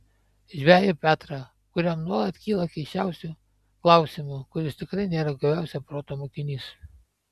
žvejį petrą kuriam nuolat kyla keisčiausių klausimų kuris tikrai nėra guviausio proto mokinys